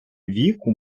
віку